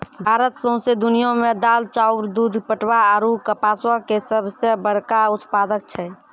भारत सौंसे दुनिया मे दाल, चाउर, दूध, पटवा आरु कपासो के सभ से बड़का उत्पादक छै